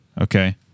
Okay